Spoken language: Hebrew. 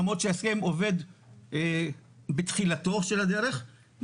למרות שההסכם עובד בתחילתה של הדרך,